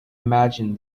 imagine